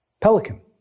Pelican